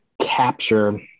capture